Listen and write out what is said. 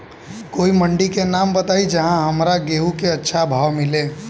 कोई मंडी के नाम बताई जहां हमरा गेहूं के अच्छा भाव मिले?